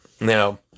Now